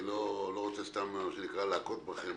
אני לא רוצה סתם להכות בכם,